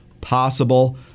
possible